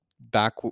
back